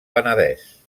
penedès